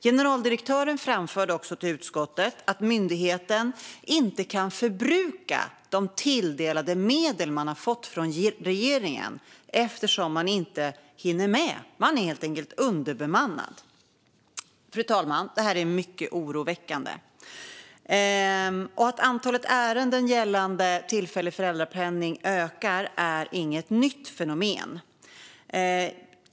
Generaldirektören framförde också till utskottet att myndigheten inte kan förbruka de tilldelade medlen från regeringen, eftersom man inte hinner med. Man är helt enkelt underbemannad. Fru talman! Det här är mycket oroväckande. Att antalet ärenden gällande tillfällig föräldrapenning ökar är inget nytt fenomen.